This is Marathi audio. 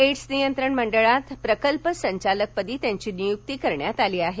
एङ्स नियंत्रण मंडळात प्रकल्प संचालकपदी त्यांची नियुक्ती करण्यात आली आहे